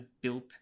built